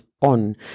on